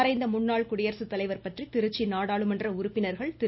மறைந்த முன்னாள் குடியரசுத்தலைவர் பற்றி திருச்சி நாடாளுமன்ற உறுப்பினர்கள் திரு